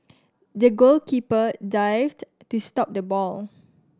the goalkeeper dived to stop the ball